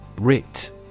Writ